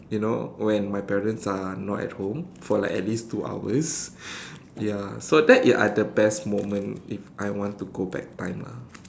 you know when my parents are not at home for like at least two hours ya so that are the best moment if I want to go back time lah